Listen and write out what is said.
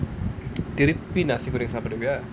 திருப்பி:thiruppi nasi goreng சாப்டுவியா:saapduviyaa